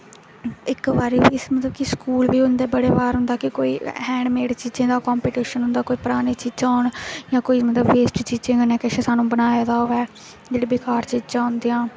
इक बारी मतलब कि स्कूल होंदा बड़ी बार होंदा कि स्कूल कोई हैंडमेड चीजें दा कंपीटिशन होंदा कोई परानी चीजां होन जां कोई मतलब वेस्ट चीजें कन्नै किश सानूं बनाए दा होऐ जेह्ड़ी बेकार चीजां होंदियां